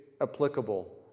applicable